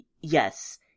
Yes